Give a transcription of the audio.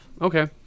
Okay